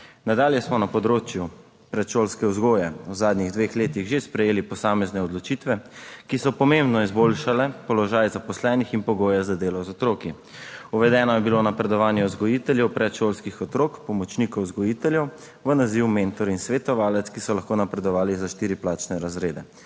Nadalje smo na področju predšolske vzgoje v zadnjih dveh letih že sprejeli posamezne odločitve, ki so pomembno izboljšale položaj zaposlenih in pogoje za delo z otroki. Uvedeno je bilo napredovanje vzgojiteljev predšolskih otrok, pomočnikov vzgojiteljev v naziv mentor in svetovalec, ki so lahko napredovali za štiri plačne razrede.